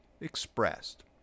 expressed